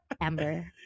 Amber